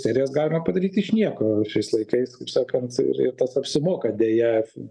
serijas galima padaryk iš nieko šiais laikais kaip sakant ir ir tas apsimoka deja